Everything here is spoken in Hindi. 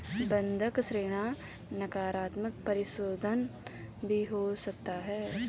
बंधक ऋण नकारात्मक परिशोधन भी हो सकता है